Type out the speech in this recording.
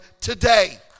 today